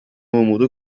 umudu